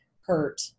hurt